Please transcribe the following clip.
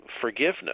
forgiveness